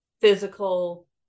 physical